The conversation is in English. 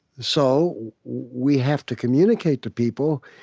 so we have to communicate to people,